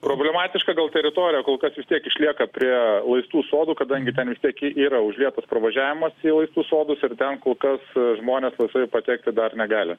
problematiška gal teritorija kol kas vis tiek išlieka prie laistų sodų kadangi ten vis tiek yra užlietas pravažiavimas į laistų sodus ir ten kol kas žmonės laisvai patekti dar negali